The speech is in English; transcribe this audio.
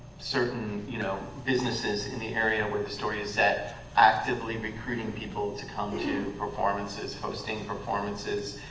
certain you know businesses in the area where the story is set actively recruiting people to come to performances, hosting performances,